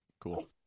cool